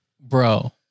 bro